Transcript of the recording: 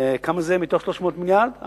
כמה זה מתוך 300 מיליארד?